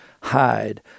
hide